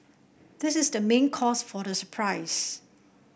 this is the main cause for the surprise